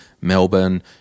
Melbourne